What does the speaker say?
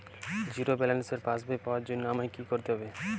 Zero ব্যালেন্সের পাসবই পাওয়ার জন্য আমায় কী করতে হবে?